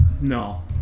No